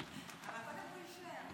אבל, יישאר.